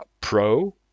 pro